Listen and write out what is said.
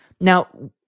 Now